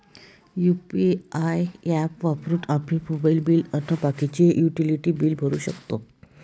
UPI app वापरून आम्ही mobile bill अन बाकीचे युटिलिटी बिल भरू शकतो